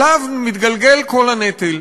עליו מתגלגל כל הנטל.